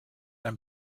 ein